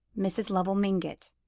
mrs. lovell mingott,